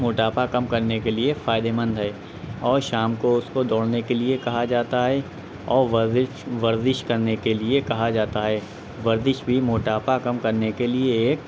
موٹاپا کم کرنے کے لیے فائدہ مند ہے اور شام کو اس کو دوڑنے کے لیے کہا جاتا ہے اور ورزس ورزش کرنے کے لیے کہا جاتا ہے ورزش بھی موٹاپا کم کرنے کے لیے ایک